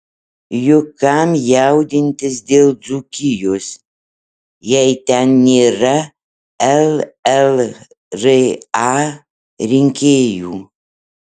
juk kam jaudintis dėl dzūkijos jei ten nėra llra rinkėjų